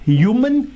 human